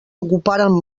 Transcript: ocuparen